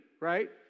right